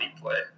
play